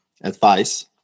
advice